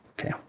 Okay